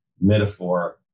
metaphor